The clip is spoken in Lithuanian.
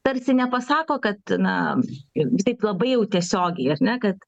tarsi nepasako kad na taip labai jau tiesiogiai ar ne kad